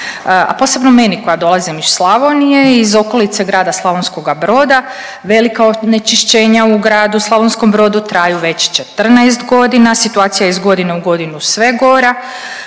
a posebno meni koja dolazim iz Slavonije, iz okolice grada Slavonskoga Broda velika onečišćenja u gradu Slavonskom Brodu traju već 14 godina. Situacija je iz godine u godinu sve gora.